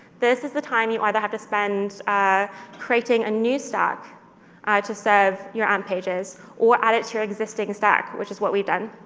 this is the time you either have to spend creating a new stack to serve your amp pages or add it to your existing stack, which is what we've done.